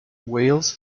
wales